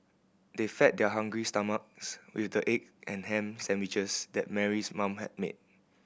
they fed their hungry stomachs with the egg and ham sandwiches that Mary's mom had made